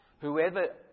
Whoever